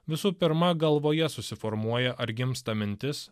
visų pirma galvoje susiformuoja ar gimsta mintis